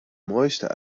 mooiste